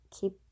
keep